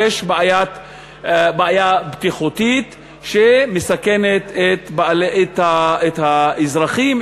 יש בעיה בטיחותית שמסכנת את האזרחים,